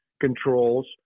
controls